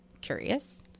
curious